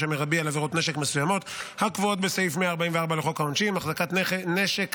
המרבי על עבירות נשק מסוימות הקבועות בסעיף 144 לחוק העונשין: החזקת נשק,